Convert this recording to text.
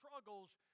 struggles